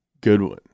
Goodwin